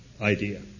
idea